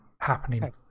happening